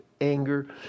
anger